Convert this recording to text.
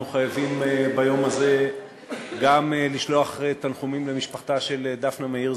אנחנו חייבים ביום הזה גם לשלוח תנחומים למשפחתה של דפנה מאיר,